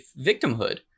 victimhood